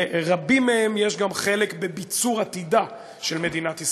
לרבים מהם יש גם חלק בביצור עתידה של מדינת ישראל.